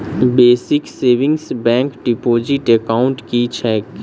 Basic savings bank deposit account की छैक?